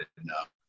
enough